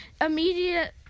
immediate